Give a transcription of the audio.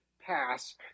pass